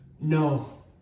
no